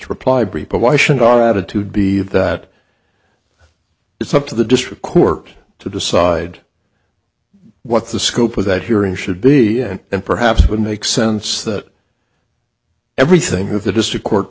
reply brief but why should our attitude be that it's up to the district court to decide what the scope of that hearing should be and perhaps it would make sense that everything that the district court